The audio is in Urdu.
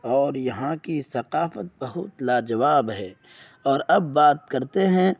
اور یہاں کی ثقافت بہت لاجواب ہے اور اب بات کرتے ہیں